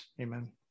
Amen